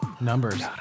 Numbers